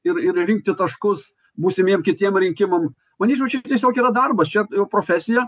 ir ir rinkti taškus būsimiem kitiem rinkimam manyčiau čia tiesiog yra darbas čia profesija